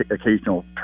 occasional